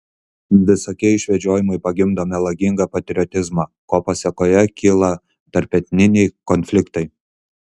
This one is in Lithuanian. visokie išvedžiojimai pagimdo melagingą patriotizmą ko pasėkoje kyla tarpetniniai konfliktai